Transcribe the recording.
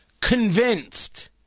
convinced